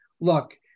look